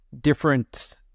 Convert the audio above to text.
different